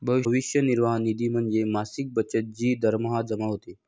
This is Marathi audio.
भविष्य निर्वाह निधी म्हणजे मासिक बचत जी दरमहा जमा होते